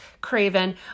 Craven